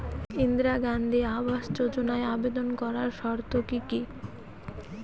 ইন্দিরা গান্ধী আবাস যোজনায় আবেদন করার শর্ত কি কি?